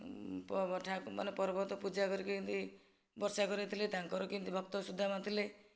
ପଠା ମାନେ ପର୍ବତ ପୂଜା କରିକି କେମିତି ବର୍ଷା କରାଇଥିଲେ ତାଙ୍କର କେମିତି ଭକ୍ତ ସୁଦାମା ଥିଲେ